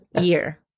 year